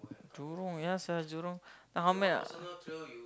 Jurong ya sia Jurong then the how many